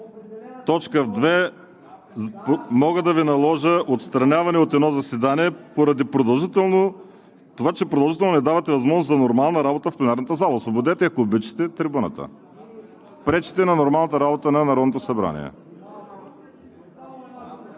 161, т. 2 мога да Ви наложа „отстраняване от едно заседание“, затова че продължително не давате възможност за нормална работа в пленарната зала. Освободете, ако обичате, трибуната. Пречите на нормалната работа на Народното събрание.